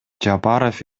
жапаров